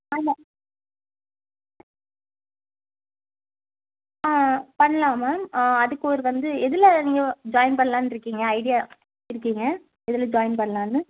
ஆமாம் ஆ பண்ணலாம் மேம் ஆ அதுக்கு ஒரு வந்து எதில் நீங்கள் ஜாயின் பண்ணலான்னுருக்கீங்க ஐடியா இருக்கீங்க எதில் ஜாயின் பண்ணலான்னு